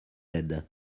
aides